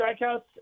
strikeouts